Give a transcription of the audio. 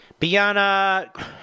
Biana